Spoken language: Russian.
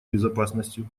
безопасностью